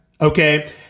okay